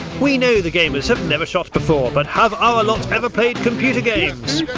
we know the gamers have never shot before, but have our lot ever played computer games?